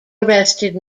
arrested